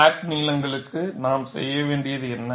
crack நீளங்களுக்கு நாம் செய்ய வேண்டியது என்ன